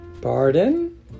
Pardon